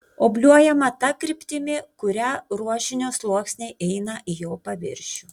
obliuojama ta kryptimi kuria ruošinio sluoksniai eina į jo paviršių